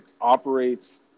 operates